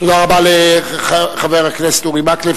תודה רבה לחבר הכנסת אורי מקלב.